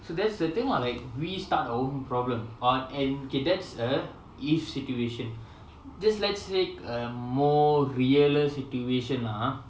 so that's the thing lah like we start our own problem on and okay that's a if situation just let's take a more real situation lah !huh!